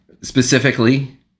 Specifically